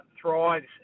thrives